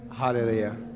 Hallelujah